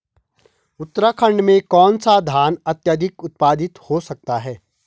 उत्तराखंड में कौन सा धान अत्याधिक उत्पादित हो सकता है?